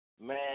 man